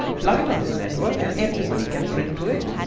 plug it onto the network and everybody can print to it!